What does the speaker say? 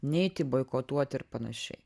neiti boikotuoti ir panašiai